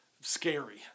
scary